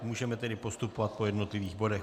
Můžeme tedy postupovat po jednotlivých bodech.